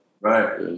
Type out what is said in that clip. Right